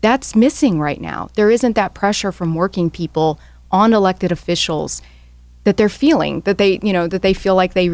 that's missing right now there isn't that pressure from working people on elected officials that they're feeling that they you know that they feel like they